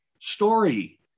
story